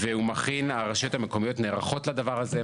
הרשויות המקומיות נערכות לדבר הזה,